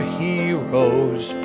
heroes